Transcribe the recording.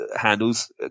handles